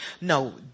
No